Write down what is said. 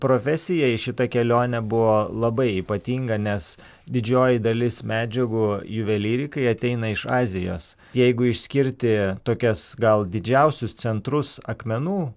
profesijai šita kelionė buvo labai ypatinga nes didžioji dalis medžiagų juvelyrikai ateina iš azijos jeigu išskirti tokias gal didžiausius centrus akmenų